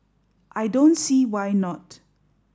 I don't see why not